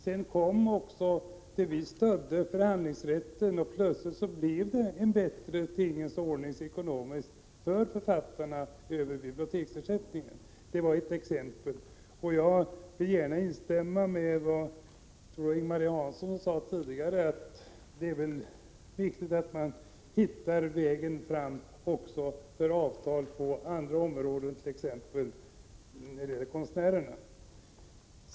Men vi stödde förhandlingsrätten, och plötsligt blev det en bättre tingens ordning vad gäller ekonomin för författarna genom biblioteksersättningen. Det är, som sagt, ett exempel. Jag instämmer gärna i det som sades tidigare — jag tror att det var Ing-Marie Hansson som sade det — nämligen att det är viktigt att man hittar en väg att nå avtal också på andra områden, t.ex. när det gäller konstnärerna.